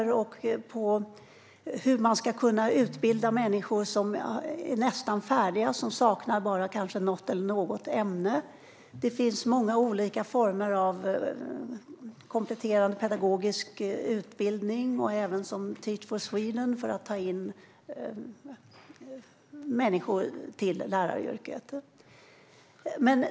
Det handlar också om hur man ska kunna utbilda människor som nästan är färdiga och kanske bara saknar något ämne. Det finns många olika former av kompletterande pedagogisk utbildning, till exempel Teach for Sweden, för att ta in människor till läraryrket.